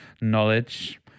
Knowledge